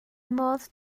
modd